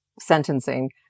sentencing